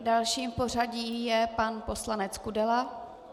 Dalším v pořadí je pan poslanec Kudela.